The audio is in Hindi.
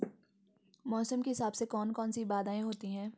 मौसम के हिसाब से कौन कौन सी बाधाएं होती हैं?